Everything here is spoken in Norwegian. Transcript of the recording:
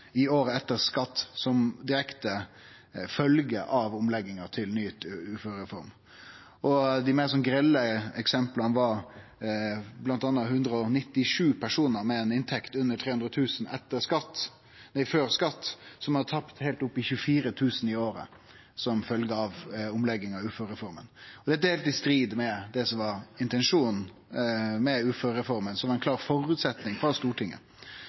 i året etter skatt som direkte følgje av omlegginga til ny uførereform. Dei meir grelle eksempla var bl.a. 197 personar med ei inntekt på under 300 000 kr før skatt som hadde tapt heilt opp mot 24 000 kr i året som følgje av omlegginga i uførereforma. Det er i strid med det som var intensjonen med uførereforma, som var ein heilt klar føresetnad frå Stortinget,